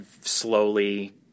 slowly